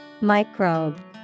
Microbe